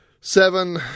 seven